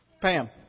Pam